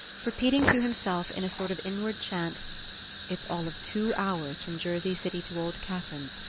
repeating to himself, in a sort of inward chant it's all of two hours from jersey city to old catherine's.